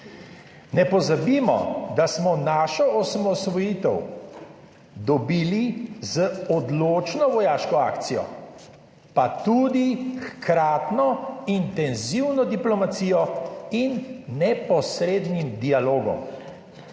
Ne pozabimo, da smo našo osamosvojitev dobili z odločno vojaško akcijo, pa tudi hkratno intenzivno diplomacijo in neposrednim dialogom.